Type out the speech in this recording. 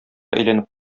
әйләнеп